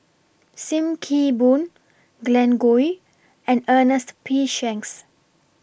SIM Kee Boon Glen Goei and Ernest P Shanks